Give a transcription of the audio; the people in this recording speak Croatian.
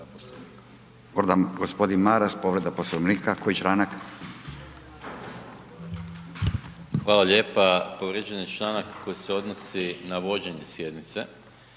(SDP)** Hvala lijepa. Povrijeđen je članak koji se odnosi na vođenje sjednice,